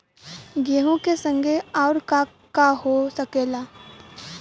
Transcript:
गेहूँ के संगे अउर का का हो सकेला?